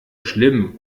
schlimm